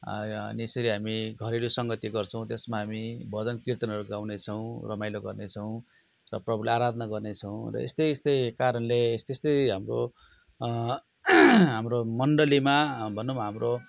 यसरी हामी घरेलु सङ्गती गर्छौँ त्यसमा हामी भजन कृतनहरू गाउने छौँ रमाइलो गर्ने छौँ र प्रभुलाई आराधना गर्ने छौँ र यस्तै यस्तै कारणले यस्तै यस्तै हाम्रो हाम्रो मण्डलीमा भनौँ हाम्रो